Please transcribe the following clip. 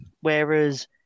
Whereas